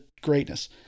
greatness